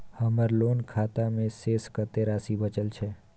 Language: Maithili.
हमर लोन खाता मे शेस कत्ते राशि बचल छै?